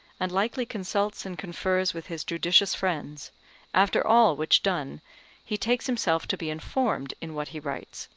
and likely consults and confers with his judicious friends after all which done he takes himself to be informed in what he writes,